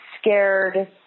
scared